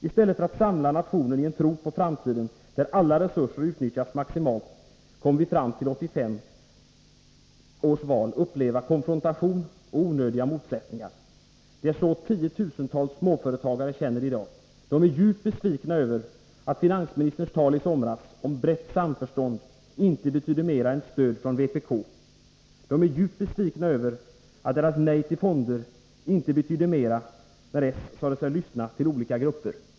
I stället för att man samlar nationen i en tro på framtiden — där alla resurser utnyttjas maximalt — kommer vi fram till 1985 års val att uppleva konfrontation och onödiga motsättningar. Det är så tiotusentals småföretagare känner det i dag. De är djupt besvikna över att finansministerns tal i somras om brett samförstånd inte betyder mer än stöd från vpk. De är djupt besvikna över att deras nej till fonder inte betyder mera när socialdemokraterna sade sig lyssna till olika grupper.